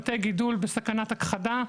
בתי גידול בסכנת הכחדה.